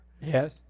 Yes